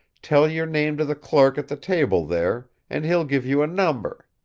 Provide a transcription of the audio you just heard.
tell your name to the clerk at the table there, and he'll give you a number.